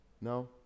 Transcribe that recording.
no